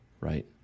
Right